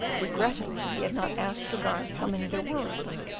regretting that he had not asked the guard how many there were of them,